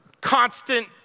constant